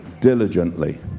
diligently